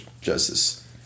justice